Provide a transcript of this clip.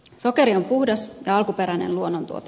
sokeri on puhdas ja alkuperäinen luonnontuote